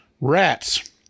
Rats